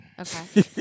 Okay